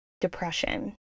depression